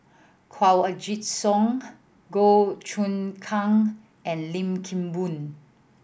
Kanwaljit Soin Goh Choon Kang and Lim Kim Boon